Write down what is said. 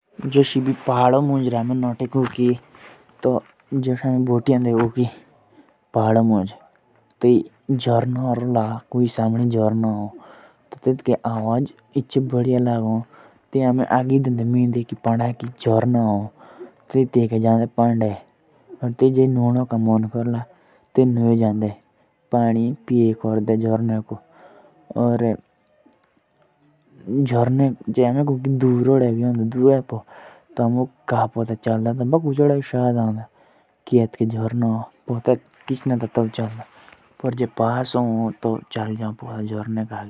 जॉश आमे कोई पहाडो बे गाइड नोट तेइके आमुक अच्छे अच्छे नजरें देखुने। और एक झरना देखुनक तोई आमे जॉर्ने दी नोट और तेइके नौने फोटो भी केइछे और खूब मोजे करे।